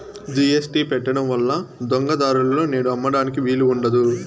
GST పెట్టడం వల్ల దొంగ దారులలో నేడు అమ్మడానికి వీలు ఉండదు